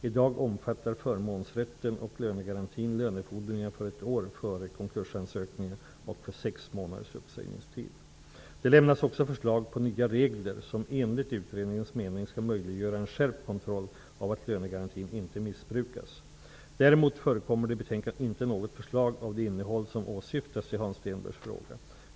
I dag omfattar förmånsrätten -- och lönegarantin -- lönefordringar för ett år före konkursansökningen och för sex månaders uppsägningstid. Det lämnas också förslag på nya regler som enligt utredningens mening skall möjliggöra en skärpt kontroll av att lönegarantin inte missbrukas. Däremot förekommer i betänkandet inte något förslag av det innehåll som åsyftas i Hans Stenbergs fråga.